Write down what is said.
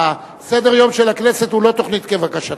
סדר-היום של הכנסת הוא לא תוכנית כבקשתך.